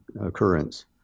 occurrence